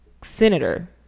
senator